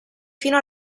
fino